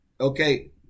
Okay